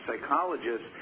psychologist